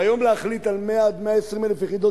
והיום להחליט על 100,000 120,000 יחידות